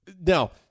Now